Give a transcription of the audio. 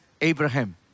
Abraham